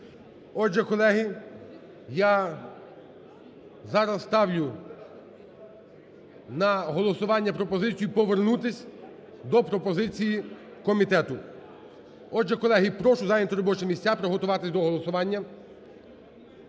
Отже, колеги, я зараз ставлю на голосування пропозицію повернутись до пропозиції комітету. Отже, колеги, прошу зайняти робочі місця і приготуватись до голосування.